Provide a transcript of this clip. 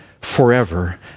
forever